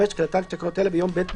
תחילה תחילתן של תקנות אלה ביום "ב'